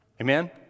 amen